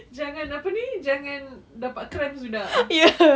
jangan apa ni jangan dapat cramps sudah